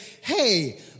hey